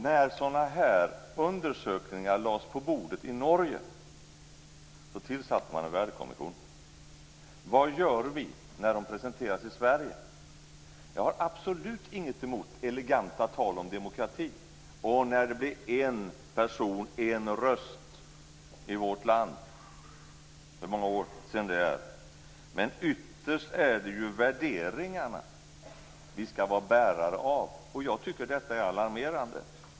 När sådana här undersökningar lades på bordet i Norge tillsatte man en värdekommission. Vad gör vi när de presenteras i Sverige? Jag har absolut ingenting emot eleganta tal om demokrati och om när principen en man-en röst infördes i vårt land. Det är många år sedan. Men ytterst är det ju värderingarna vi skall vara bärare av, och jag tycker att detta är alarmerande.